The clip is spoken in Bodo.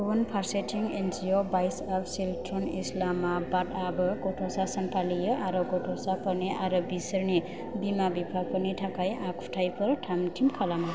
गुबुन फारसेथिं एनजिअ' भइस अफ चिल्द्रेन इस्लामाबादआबो गथ'सा सान फालियो आरो गथ'साफोरनि आरो बिसोरनि बिमा बिफाफोरनि थाखाय आखुथायफोर थामथिम खालामो